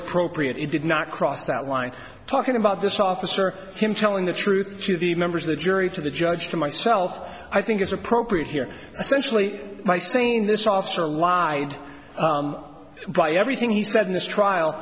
appropriate it did not cross that line talking about this office or him telling the truth to the members of the jury to the judge for myself i think is appropriate here essentially by saying this officer lied by everything he said in this trial